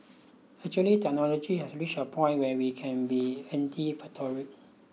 actually technology has reached a point where we can be anticipatory